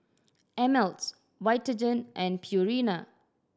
Ameltz Vitagen and Purina